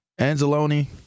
Anzalone